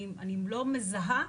אני לא מזהה,